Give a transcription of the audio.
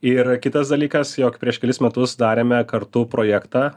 ir kitas dalykas jog prieš kelis metus darėme kartu projektą